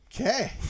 okay